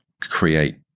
create